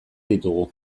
ditugu